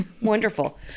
Wonderful